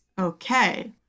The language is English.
Okay